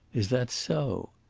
is that so?